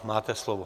Máte slovo.